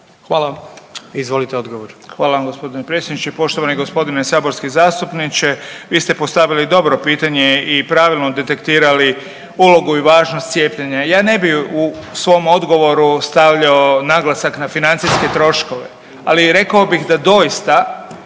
**Beroš, Vili (HDZ)** Hvala vam g. predsjedniče. Poštovani g. saborski zastupniče. Vi ste postavili dobro pitanje i pravilno detektirali ulogu i važnost cijepljenja. Ja ne bi u svom odgovoru stavljao naglasak na financijske troškove, ali rekao bih da doista